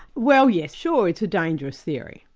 well yes, sure it's a dangerous theory.